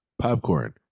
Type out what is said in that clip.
popcorn